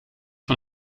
van